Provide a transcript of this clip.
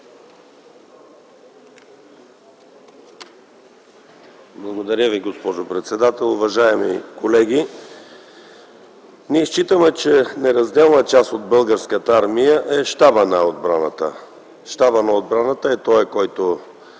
Благодаря Ви, госпожо председател. Уважаеми колеги, ние считаме, че неразделна част от Българската армия е Щабът на отбраната. Щабът на отбраната е този, който